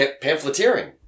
pamphleteering